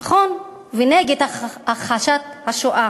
נכון, ונגד הכחשת השואה,